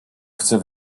chce